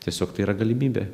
tiesiog tai yra galimybė